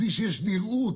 בלי שיש נראות,